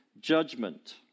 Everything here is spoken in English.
judgment